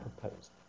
proposed